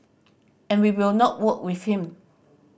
and we will not work with him